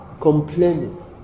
complaining